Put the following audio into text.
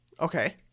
okay